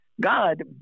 God